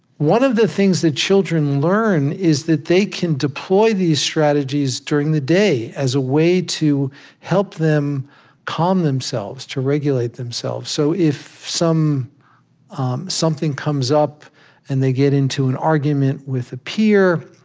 one of the things that children learn is that they can deploy these strategies during the day as a way to help them calm themselves, to regulate themselves. so if um something comes up and they get into an argument with a peer,